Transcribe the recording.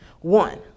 One